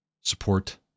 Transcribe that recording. support